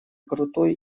крутой